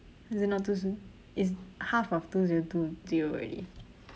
is it not too soon it's half of two zero two zero already